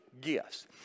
gifts